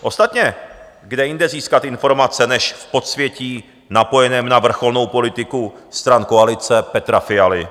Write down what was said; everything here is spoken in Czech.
Ostatně kde jinde získat informace než v podsvětí napojeném na vrcholnou politiku stran koalice Petra Fialy?